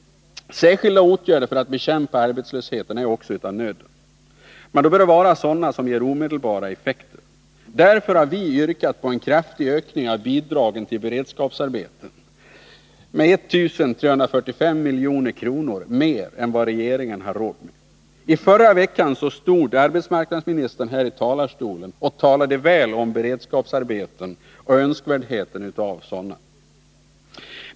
Särskilda åtgärder för att bekämpa arbetslösheten är också av nöden. De bör då vara sådana som ger omedelbara effekter. Därför har vi yrkat på en kraftig ökning av bidragen till beredskapsarbeten, med 1 345 milj.kr. mer än vad regeringen har råd med. I förra veckan stod arbetsmarknadsministern här i talarstolen och talade väl om beredskapsarbeten och önskvärdheten av sådana.